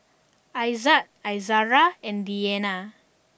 Izzat Izara and Diyana